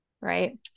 right